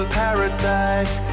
paradise